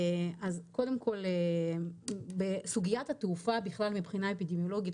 אז קודם כל סוגיית התעופה בכלל מבחינה אפידמיולוגית,